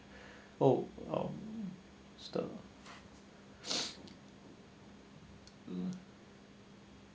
oh um still mm